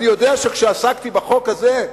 אני יודע שכשעסקתי בחוק הזה,